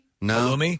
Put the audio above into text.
No